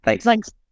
Thanks